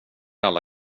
alla